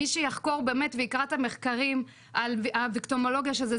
מי שיחקור באמת ויקרא את המחקרים הויקטומולוגיה של זה,